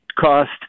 cost